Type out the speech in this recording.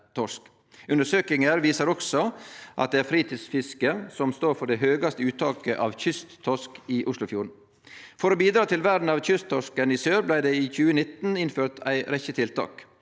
Undersøkingar viser også at det er fritidsfisket som står for det høgaste uttaket av kysttorsk i Oslofjorden. For å bidra til vern av kysttorsken i sør blei det i 2019 innført ei rekkje tiltak.